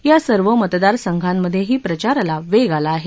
या सर्व मतदार संघांमध्येही प्रचाराला वेग आला आहे